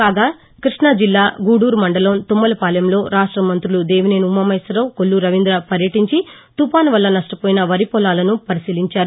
కాగా క్బష్ణాజిల్లా గుడూరు మండలం తుమ్మలపాలెంలో రాష్ట మంత్రులు దేవినేని ఉమామహేశ్వరరావు కొల్లు రవీంద్ర పర్యటించి తుపాన్ వల్ల నష్టపోయిన వరి పొలాలను పరిశీలించారు